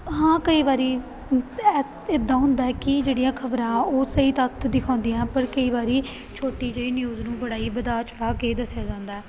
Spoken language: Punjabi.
ਹਾਂ ਕਈ ਵਾਰ ਐ ਇੱਦਾਂ ਹੁੰਦਾ ਹੈ ਕਿ ਜਿਹੜੀਆਂ ਖ਼ਬਰਾਂ ਉਹ ਸਹੀ ਤੱਤ ਦਿਖਾਉਂਦੀਆਂ ਹੈ ਪਰ ਕਈ ਵਾਰ ਛੋਟੀ ਜਿਹੀ ਨਿਊਜ਼ ਨੂੰ ਬੜਾ ਹੀ ਵਧਾ ਚੜ੍ਹਾ ਕੇ ਦੱਸਿਆ ਜਾਂਦਾ